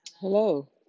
Hello